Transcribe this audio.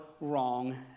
wrong